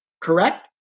correct